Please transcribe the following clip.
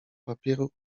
papieru